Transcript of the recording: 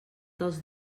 dels